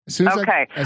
Okay